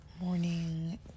morning